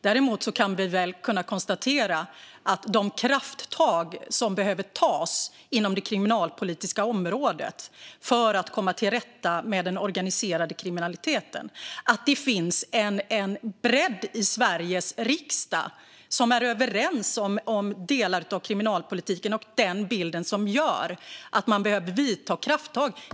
När det gäller de krafttag som behöver tas på det kriminalpolitiska området för att komma till rätta med den organiserade kriminaliteten kan vi väl däremot konstatera att det finns en bredd i Sveriges riksdag som är överens om delar av kriminalpolitiken och den bild som gör att man behöver ta krafttag.